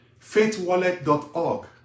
faithwallet.org